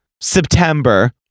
September